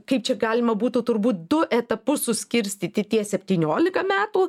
kaip čia galima būtų turbūt du etapus suskirstyti tie septyniolika metų